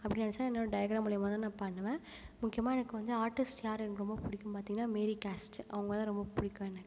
அப்படின்னு நினச்சா என்னோட டயக்ராம் மூலியமாக தான் நான் பண்ணுவேன் முக்கியமாக எனக்கு வந்து ஆர்ட்டிஸ்ட் யாரை எனக்கு ரொம்ப பிடிக்கும்னு பார்த்திங்கன்னா மேரிகேஸ்ட்டு அவங்கள தான் ரொம்ப பிடிக்கும் எனக்கு